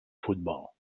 futbol